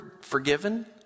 forgiven